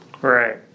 Right